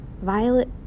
Violet